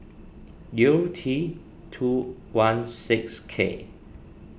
U T two one six K